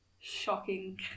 Shocking